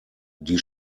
die